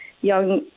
young